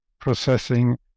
processing